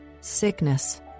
sickness